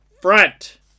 front